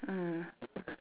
mm ya